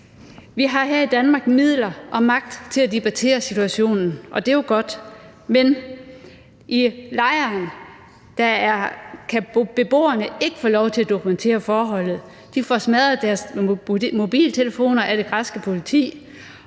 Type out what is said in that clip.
Vi har her i Danmark midler og magt til at debattere situationen, og det er jo godt, men i lejren kan beboerne ikke få lov til at dokumentere forholdene. De får smadret deres mobiltelefoner af det græske politi,